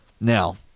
Now